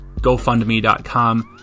gofundme.com